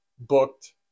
booked